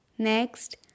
Next